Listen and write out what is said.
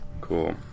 Cool